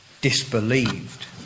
disbelieved